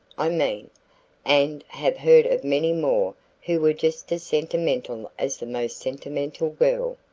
i mean and have heard of many more who were just as sentimental as the most sentimental girl.